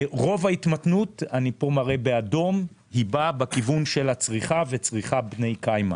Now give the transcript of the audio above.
רוב ההתמתנות באה בכיוון של הצריכה וצריכת בני קיימא.